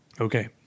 Okay